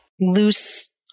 loose